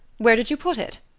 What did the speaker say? where did you put it?